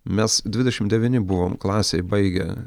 mes dvidešim devyni buvom klasėj baigę